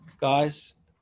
guys